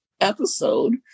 episode